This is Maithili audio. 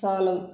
सान